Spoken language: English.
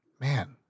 man